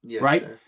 right